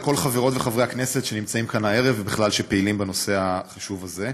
לכל חברות וחברי הכנסת שנמצאים כאן הערב ובכלל שפעילים בנושא החשוב הזה.